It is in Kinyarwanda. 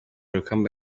rukamba